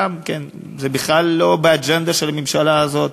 גם כן, זה בכלל לא באג'נדה של הממשלה הזאת.